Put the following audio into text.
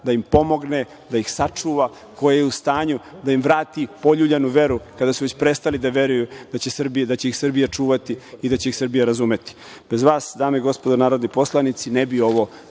da im pomogne, da ih sačuva, koje je u stanju da im vrati poljuljanu veru kada su već prestali da veruju da će ih Srbija čuvati i da će ih Srbija razumeti. Bez vas, dame i gospodo narodni poslanici, ne bi ovo